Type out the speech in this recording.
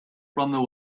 from